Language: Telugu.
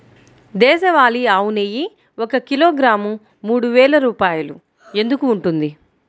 దేశవాళీ ఆవు నెయ్యి ఒక కిలోగ్రాము మూడు వేలు రూపాయలు ఎందుకు ఉంటుంది?